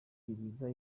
ibiza